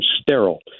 sterile